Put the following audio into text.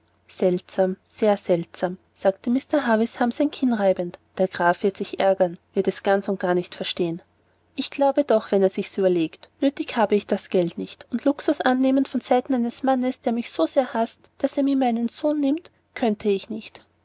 seltsam sehr seltsam sagte mr havisham sein kinn reibend der graf wird sich ärgern wird es ganz und gar nicht verstehen ich glaube doch wenn er sich's überlegt nötig habe ich das geld nicht und luxus annehmen von seiten eines mannes der mich so sehr haßt daß er mir meinen sohn nimmt könnte ich nicht